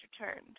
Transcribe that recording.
returned